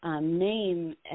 name